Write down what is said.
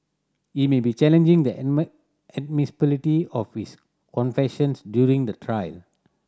he may be challenging the admissibility of his confessions during the trial